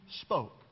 spoke